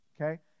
Okay